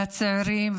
והצעירים,